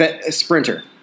sprinter